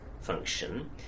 function